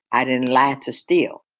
i didn't lie to steal.